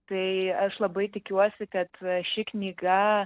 tai aš labai tikiuosi kad ši knyga